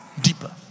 deeper